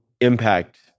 impact